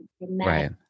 Right